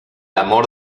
amor